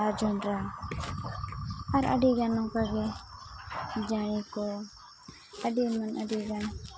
ᱟᱨ ᱡᱚᱸᱰᱨᱟ ᱟᱨ ᱟᱹᱰᱤ ᱜᱟᱱ ᱱᱚᱝᱠᱟ ᱜᱮ ᱡᱟᱹᱲᱤ ᱠᱚ ᱟᱹᱰᱤ ᱟᱭᱢᱟ ᱟᱹᱰᱤ ᱜᱟᱱ